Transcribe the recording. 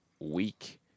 week